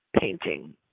painting